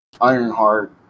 Ironheart